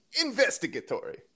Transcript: investigatory